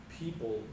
people